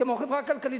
כמו חברה כלכלית,